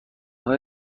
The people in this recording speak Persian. های